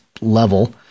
level